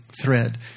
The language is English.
thread